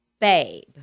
babe